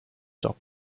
doch